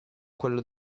quello